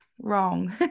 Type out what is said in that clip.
wrong